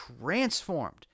transformed